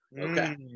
okay